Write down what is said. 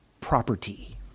property